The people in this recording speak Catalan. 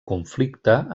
conflicte